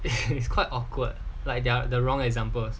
it is quite awkward like their wrong examples